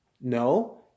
No